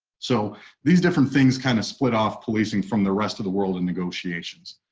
so these different things kind of split off policing from the rest of the world in negotiations.